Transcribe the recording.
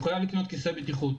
הוא חייב לקנות כיסא בטיחות.